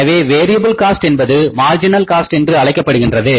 எனவே variable cost என்பது marginal cost என்று அழைக்கப்படுகின்றது